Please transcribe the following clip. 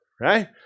right